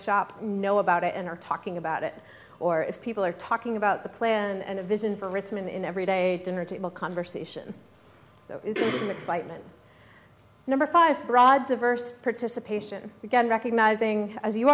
shop know about it and are talking about it or if people are talking about the plan and a vision for richmond in every day dinner table conversation so excitement number five broad diverse participation again recognizing as you